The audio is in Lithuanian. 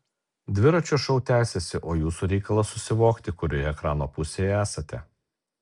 dviračio šou tęsiasi o jūsų reikalas susivokti kurioje ekrano pusėje esate